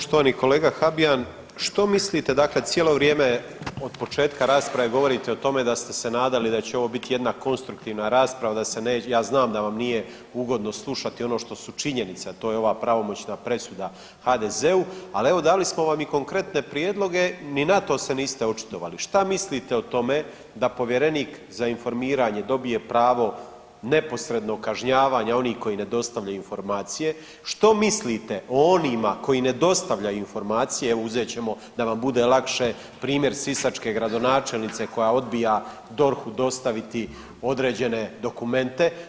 Poštovani kolega Habijan što mislite dakle cijelo vrijeme od početka rasprave govorite o tome da ste se nadali da će ovo bit jedna konstruktivna rasprava, ja znam da vam nije ugodno slušati ono što su činjenice, a to je ova pravomoćna presuda HDZ-u, al evo dali smo vam i konkretne prijedloge ni na to se niste očitovali, šta mislite o tome da povjerenik za informiranje dobije pravo neposrednog kažnjavanja onih koji ne dostavljaju informacije, što mislite o onima koji ne dostavljaju informacije, uzet ćemo da vam bude lakše primjer sisačke gradonačelnice koja odbija DORH-u dostaviti određene dokumente.